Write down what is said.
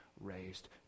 raised